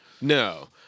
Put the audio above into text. No